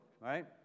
right